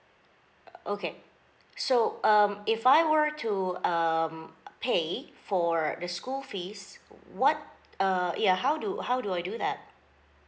okay so um if I were to um pay for the school fees what uh ya how do how do I do that